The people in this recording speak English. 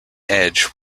edge